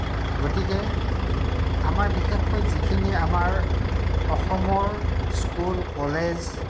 গতিকে আমাৰ বিশেষকৈ যিখিনি আমাৰ অসমৰ স্কুল কলেজ